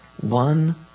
one